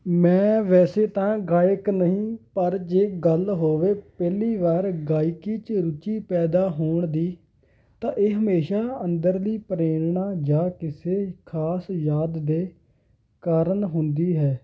ਮੈਂ ਵੈਸੇ ਤਾਂ ਗਾਇਕ ਨਹੀਂ ਪਰ ਜੇ ਗੱਲ ਹੋਵੇ ਪਹਿਲੀ ਵਾਰ ਗਾਇਕੀ 'ਚ ਰੁਚੀ ਪੈਦਾ ਹੋਣ ਦੀ ਤਾਂ ਇਹ ਹਮੇਸ਼ਾ ਅੰਦਰਲੀ ਪ੍ਰੇਰਨਾ ਜਾਂ ਕਿਸੇ ਖ਼ਾਸ ਯਾਦ ਦੇ ਕਾਰਨ ਹੁੰਦੀ ਹੈ